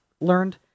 learned